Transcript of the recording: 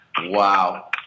Wow